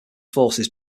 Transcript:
forces